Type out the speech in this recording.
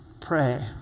Pray